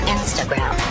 Instagram